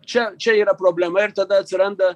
čia čia yra problema ir tada atsiranda